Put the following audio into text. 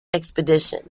expedition